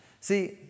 See